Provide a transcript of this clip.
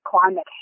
climate